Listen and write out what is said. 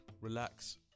relax